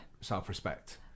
self-respect